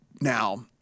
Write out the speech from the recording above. Now